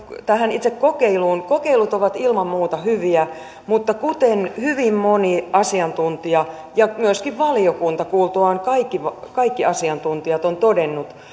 tähän itse kokeiluun kokeilut ovat ilman muuta hyviä mutta kuten hyvin moni asiantuntija ja myöskin valiokunta kuultuaan kaikki kaikki asiantuntijat on todennut